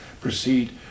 proceed